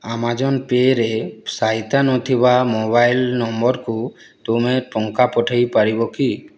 Amazon ପେ'ରେ ସାଇତା ନଥିବା ମୋବାଇଲ ନମ୍ବରକୁ ତୁମେ ଟଙ୍କା ପଠାଇ ପାରିବ କି